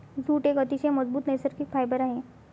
jute एक अतिशय मजबूत नैसर्गिक फायबर आहे